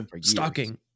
stalking